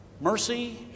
mercy